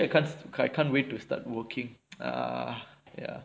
ya actually I can't I can't wait to start working err ya